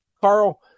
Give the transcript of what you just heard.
Carl